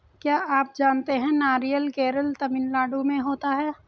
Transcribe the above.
क्या आप जानते है नारियल केरल, तमिलनाडू में होता है?